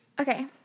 Okay